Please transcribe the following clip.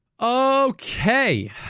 Okay